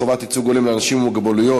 חובת ייצוג הולם לאנשים עם מוגבלות),